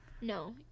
No